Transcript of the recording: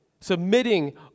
submitting